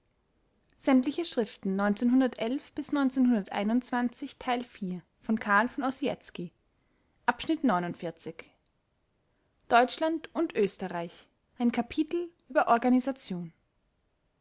volks-zeitung deutschland und österreich ein kapitel über organisation